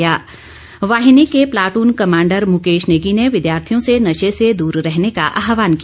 गृह रक्षा वाहिनी के पलाटून कमांडर मुकेश नेगी ने विद्यार्थियों से नशे से दूर रहने का आहवान किया